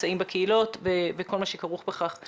שנמצאים בקהילות וכל מה שכרוך בכך.